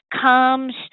comes